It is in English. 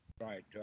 right